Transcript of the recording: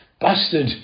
bastard